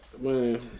Man